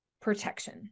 protection